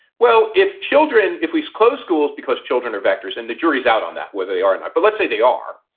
well, if children if we close schools because children are vectors and the jury's out on that, whether they are. but let's say they are.